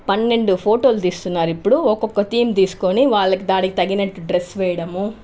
పన్నెండు ఫోటోలు తీస్తున్నారు ఇప్పుడు ఒకొక్క థీమ్ తీసుకుని వాళ్ళకి దానికి తగినట్టు డ్రెస్ వేయడము